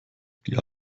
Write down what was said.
die